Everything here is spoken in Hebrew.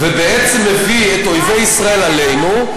ובעצם מביא את אויבי ישראל עלינו,